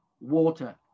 water